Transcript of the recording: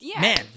Man